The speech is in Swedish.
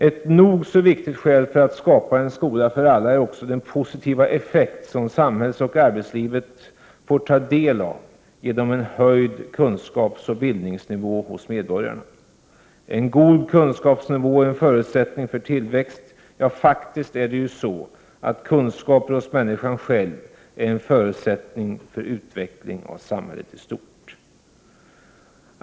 Ett nog så viktigt skäl för att skapa en skola för alla är också den positiva effekt som samhället och arbetslivet får del av genom en höjd kunskapsoch bildningsnivå hos medborgarna. En god kunskapsnivå är en förutsättning för tillväxt. Kunskaper hos människan är en förutsättning för utveckling av samhället i stort.